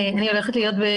בוקר טוב,